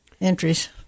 Entries